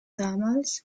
damals